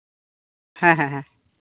ᱦᱮᱸ ᱦᱮᱸ